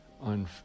on